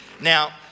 Now